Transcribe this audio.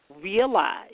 realize